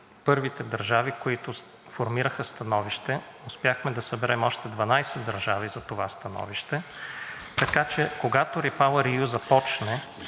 първите държави, които формираха становище. Успяхме да съберем още 12 държави за това становище, така че когато REPowerEU започне,